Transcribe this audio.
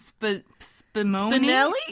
Spinelli